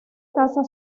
casa